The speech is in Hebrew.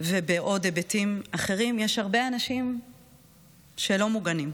ובעוד היבטים אחרים, יש הרבה אנשים שלא מוגנים: